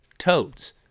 toads